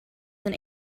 than